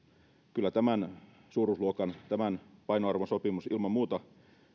kyllä tämän suuruusluokan tämän painoarvon sopimus ilman muuta